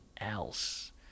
else